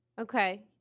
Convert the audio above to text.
Okay